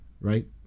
right